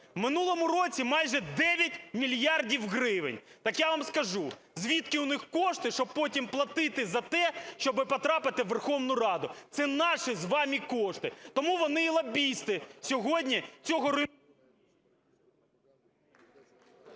минулому році майже 9 мільярдів гривень. Так я вам скажу, звідки у них кошти, щоб потім платити за те, щоби потрапити в Верховну Раду. Це наші з вами кошти. Тому вони і лобісти